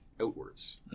outwards